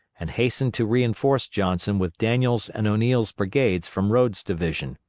and hastened to reinforce johnson with daniel's and o'neill's brigades from rodes' division.